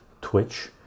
twitch